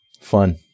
Fun